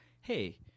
hey